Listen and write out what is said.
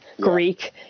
Greek